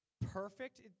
perfect